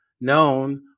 known